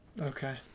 okay